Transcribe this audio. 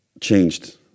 changed